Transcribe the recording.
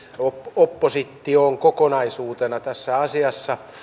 oppositioon kokonaisuutena tässä asiassa